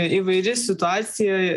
įvairi situacija